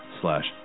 slash